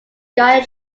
gaia